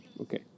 Okay